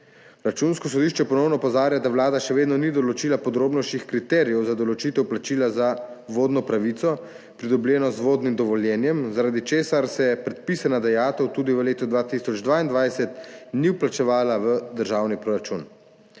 Računsko sodišče ponovno opozarja, da Vlada še vedno ni določila podrobnejših kriterijev za določitev plačila za vodno pravico, pridobljeno z vodnim dovoljenjem, zaradi česar se predpisana dajatev tudi v letu 2022 ni vplačevala v državni proračun.